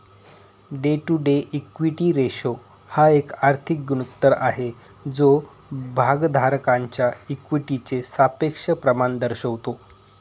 date to equity ratio हा एक आर्थिक गुणोत्तर आहे जो भागधारकांच्या इक्विटीचे सापेक्ष प्रमाण दर्शवतो